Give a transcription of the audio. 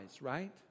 right